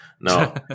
No